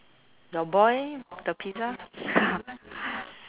your boy the pizza